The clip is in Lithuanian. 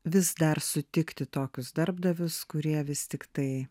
vis dar sutikti tokius darbdavius kurie vis tiktai